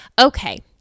okay